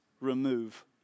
remove